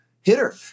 hitter